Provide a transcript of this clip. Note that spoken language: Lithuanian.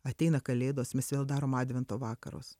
ateina kalėdos mes vėl darom advento vakarus